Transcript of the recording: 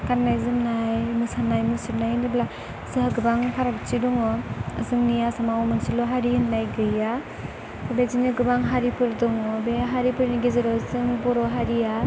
गाननाय जोमनाय मोसानाय मुसुरनाय होनोब्ला जोंहा गोबां फारागथि दङ जोंनि आसामाव मोनसेल' हारि होननाय गैया बेबायदिनो गोबां हारिफोर दङ बे हारिफोरनि गेजेराव जों बर' हारिया